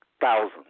thousands